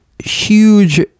huge